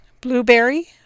Blueberry